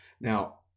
Now